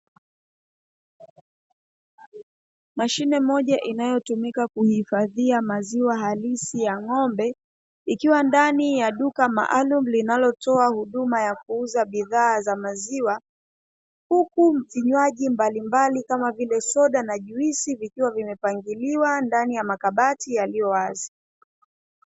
Mashine moja inayotumika kuhifadhia maziwa halisi ya ng'ombe, ikiwa ndani ya duka maalumu linalotoa huduma ya kuuza bidhaa za maziwa, huku vinywaji mbalimbali kama vile soda na juisi vikiwa vimepangiliwa ndani ya makabati yaliyowazi.